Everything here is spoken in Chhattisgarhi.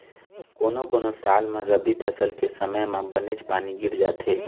कोनो कोनो साल म रबी फसल के समे म बनेच पानी गिर जाथे